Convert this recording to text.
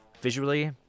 Visually